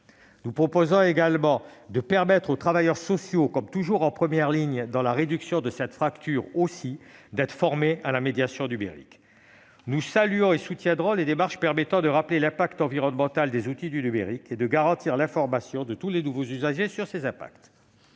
Nous proposons également de permettre aux travailleurs sociaux, en première ligne dans la réduction de cette fracture, comme pour beaucoup d'autres sujets, d'être formés à la médiation numérique. Nous saluons et nous soutiendrons les démarches de nature à rappeler l'impact environnemental des outils du numérique et à garantir l'information de tous les nouveaux usagers sur cette